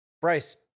bryce